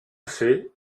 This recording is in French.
fait